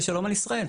ושלום על ישראל.